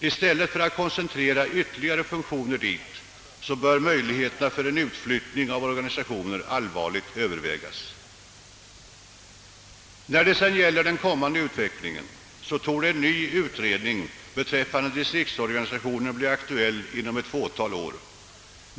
I stället för att koncentrera ytterligare funktioner dit bör man allvarligt överväga möjligheterna till en utflyttning av sådana, När det sedan gäller den kommande utvecklingen torde en ny utredning beträffande distriktsorganisationen bli aktuell inom ett fåtal år.